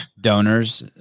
donors